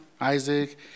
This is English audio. Isaac